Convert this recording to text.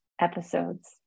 episodes